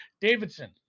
Davidson